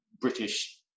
British